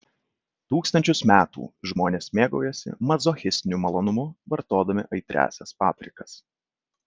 tūkstančius metų žmonės mėgaujasi mazochistiniu malonumu vartodami aitriąsias paprikas